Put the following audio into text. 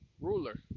ruler